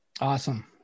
Awesome